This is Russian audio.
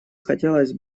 хотелось